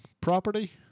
property